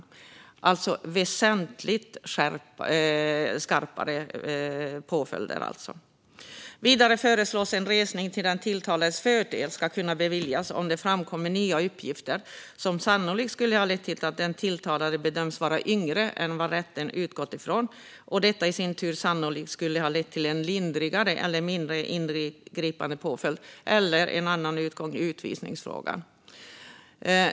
Det handlar alltså om väsentligt skarpare påföljder. Vidare föreslås att resning till den tilltalades fördel ska kunna beviljas om det framkommer nya uppgifter som sannolikt skulle ha lett till att den tilltalade bedömts vara yngre än vad rätten utgått från och detta i sin tur sannolikt skulle ha lett till en lindrigare eller mindre ingripande påföljd eller till en annan utgång i utvisningsfrågan.